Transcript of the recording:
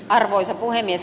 arvoisa puhemies